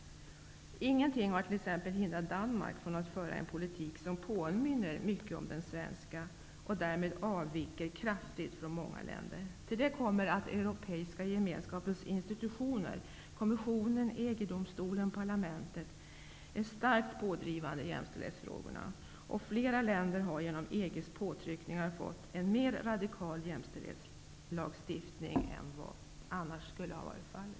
Ingenting har t.ex. hindrat Danmark från att föra en politik som påminner mycket om den svenska och därmed avvika kraftigt från många andra länder. Till det kommer att Europeiska gemenskapens institutioner -- kommissionen, EG-domstolen och parlamentet -- är starkt pådrivande i jämställdhetsfrågorna. Flera länder har genom EG:s påtryckningar fått en mer radikal jämställdhetslagstiftning än vad annars skulle ha varit fallet.